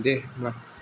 दे होम्बा